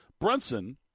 Brunson